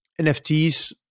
NFTs